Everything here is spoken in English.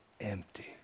empty